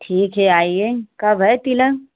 ठीक है आइए कब है तिलक